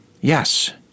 Yes